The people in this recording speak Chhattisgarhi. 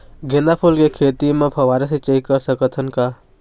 गेंदा फूल के खेती म फव्वारा सिचाई कर सकत हन का?